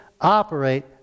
operate